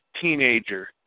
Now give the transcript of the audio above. teenager